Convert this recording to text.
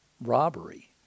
robbery